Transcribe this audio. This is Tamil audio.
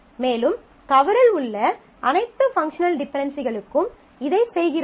மேலும் கவரில் உள்ள அனைத்து பங்க்ஷனல் டிபென்டென்சிகளுக்கும் இதைச் செய்கிறோம்